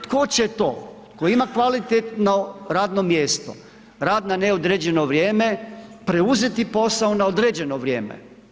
Tko će to tko ima kvalitetno radno mjesto, rad na neodređeno vrijeme preuzeti posao na određeno vrijeme?